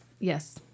Yes